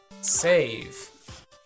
Save